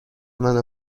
منو